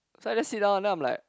so I just sit down then I'm like